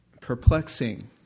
perplexing